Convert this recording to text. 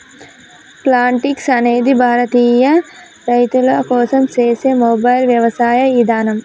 Plantix అనేది భారతీయ రైతుల కోసం సేసే మొబైల్ యవసాయ ఇదానం